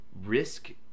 risk